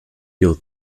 your